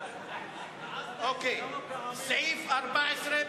סעיף 14,